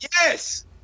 Yes